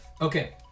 Okay